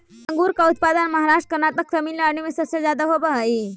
अंगूर का उत्पादन महाराष्ट्र, कर्नाटक, तमिलनाडु में सबसे ज्यादा होवअ हई